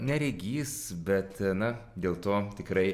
neregys bet na dėl to tikrai